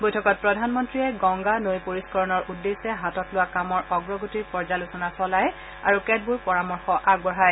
বৈঠকত প্ৰধানমন্ত্ৰীয়ে গংগা নৈ পৰিস্থৰণৰ উদ্দেশ্যে হাতত লোৱা কামৰ অগ্ৰগতিৰ পৰ্যালোচনা চলায় আৰু কেতবোৰ পৰামৰ্শ আগবঢ়ায়